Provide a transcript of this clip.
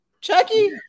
Chucky